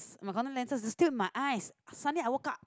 my contact lenses is still in my eyes suddenly I woke up